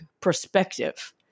perspective